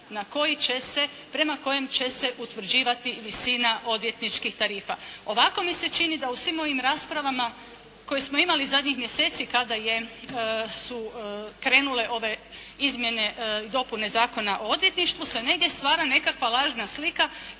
na koji će se, prema kojem će se utvrđivati visina odvjetničkih tarifa. Ovako mi se čini da u svim ovim raspravama koje smo imali zadnjih mjeseci kada su krenule ove izmjene i dopune Zakona o odvjetništvu se negdje stvara nekakva lažna slika